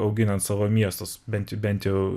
auginant savo miestus bent bent jau